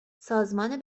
سازمان